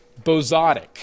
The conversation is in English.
bozotic